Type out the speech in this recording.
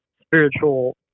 spiritual